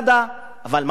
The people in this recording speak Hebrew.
אבל מה מעניין אותו?